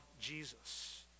Jesus